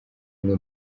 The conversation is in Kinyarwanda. ngo